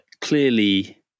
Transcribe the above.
clearly